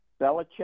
Belichick